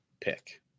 pick